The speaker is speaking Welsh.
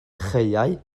chaeau